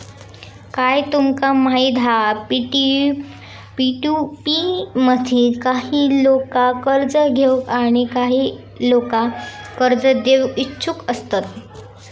काय तुमका माहित हा पी.टू.पी मध्ये काही लोका कर्ज घेऊक आणि काही लोका कर्ज देऊक इच्छुक असतत